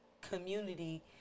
community